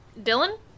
Dylan